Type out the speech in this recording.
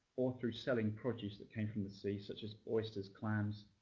or through selling produce that came from the sea such as oysters, clams,